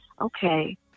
okay